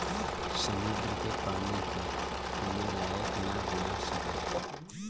समुन्दर के पानी के पिए लायक ना बना सकेला